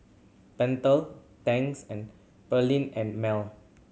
Pentel Tangs and Perllini and Mel